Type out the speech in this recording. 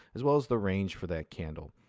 as well as the range for that candle.